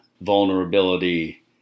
vulnerability